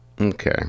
Okay